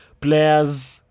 players